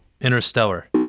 Interstellar